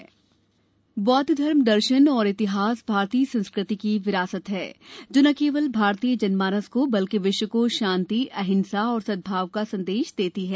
प्रहलाद पटेल बौद्व धर्म दर्शन और इतिहास भारतीय संस्कृति की विरासत है जो न केवल भारतीय जनमानस को बल्कि विश्व को शांति अहिंसा और सदभाव का संदेश देती है